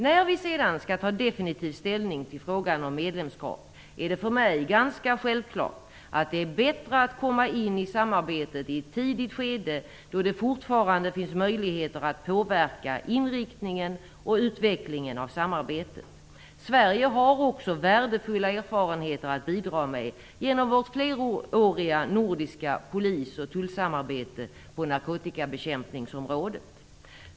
När vi sedan skall ta definitiv ställning till frågan om medlemskap är det för mig ganska självklart att det är bättre att komma in i samarbetet i ett tidigt skede, då det fortfarande finns möjligheter att påverka inriktningen och utvecklingen av samarbetet. Sverige har också värdefulla erfarenheter att bidra med genom vårt fleråriga nordiska polis och tullsamarbete på narkotikabekämpningsområdet.